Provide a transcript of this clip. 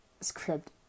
script